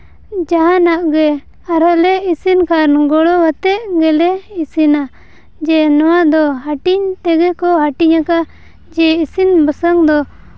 ᱡᱟᱦᱟᱱᱟᱜ ᱜᱮ ᱟᱨᱦᱚᱸ ᱞᱮ ᱤᱥᱤᱱᱠᱷᱟᱱ ᱜᱚᱲᱚ ᱠᱟᱛᱮᱫ ᱜᱮᱞᱮ ᱤᱥᱤᱱᱟ ᱡᱮ ᱱᱚᱣᱟ ᱫᱚ ᱦᱟᱹᱴᱤᱧ ᱛᱮᱜᱮ ᱠᱚ ᱦᱟᱹᱴᱤᱧ ᱟᱠᱟᱫᱟ ᱡᱮ ᱤᱥᱤᱱ ᱵᱟᱥᱟᱝ ᱫᱚ